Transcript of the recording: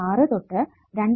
6 തൊട്ട് 2